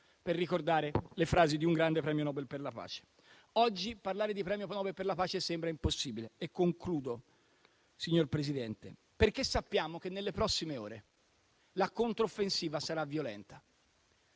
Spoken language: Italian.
per ricordare le parole di un grande premio Nobel per la pace. Oggi parlare di premio Nobel per la pace sembra impossibile, signor Presidente, perché sappiamo che nelle prossime ore la controffensiva sarà violenta.